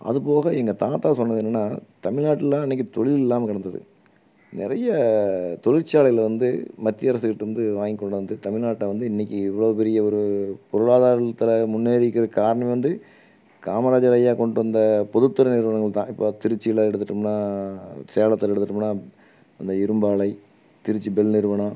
அது போக எங்கள் தாத்தா சொன்னது என்னன்னால் தமிழ்நாட்டில் அன்றைக்கு தொழில் இல்லாமல் கடந்தது நிறையா தொழிற்சாலைகளை வந்து மத்திய அரசுக்கிட்ட இருந்து வாங்கி கொண்டாந்து தமிழ்நாட்டை வந்து இன்றைக்கி இவ்வளோ பெரிய ஒரு பொருளாதாரத்தில் முன்னேறி இருக்குறதுக்கு காரணம் வந்து காமராஜர் ஐயா கொண்டு வந்த பொதுத்துறை நிறுவனங்கள் தான் இப்போ திருச்சியில் எடுத்துக்கிட்டோம்னால் சேலத்தில் எடுத்துக்கிட்டோம்னால் அந்த இரும்பாலை திருச்சி பெல் நிறுவனம்